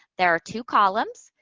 there are two columns.